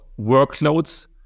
workloads